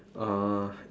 uh